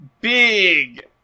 big